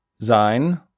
sein